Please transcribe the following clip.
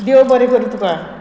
देव बरें करूं तुका